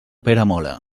peramola